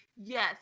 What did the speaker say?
Yes